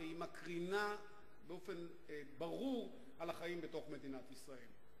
והיא מקרינה באופן ברור על החיים בתוך מדינת ישראל.